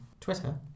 Twitter